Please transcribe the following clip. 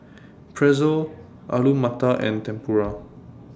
Pretzel Alu Matar and Tempura